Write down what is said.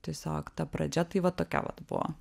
tiesiog ta pradžia tai va tokia vat buvo